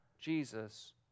Jesus